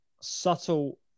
subtle